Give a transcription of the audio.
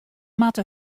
moatte